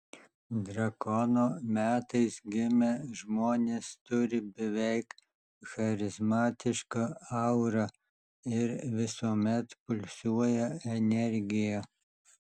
drakono metais gimę žmonės turi beveik charizmatišką aurą ir visuomet pulsuoja energija